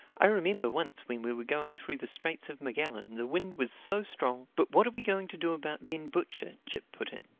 i remember once when we were going through the straits of magellan the wind was so strong but what are we going to do about ben butcher? jip put in.